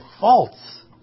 false